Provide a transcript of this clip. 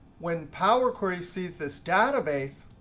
when power query sees this database,